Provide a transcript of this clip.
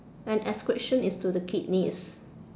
and excretion is to the kidneys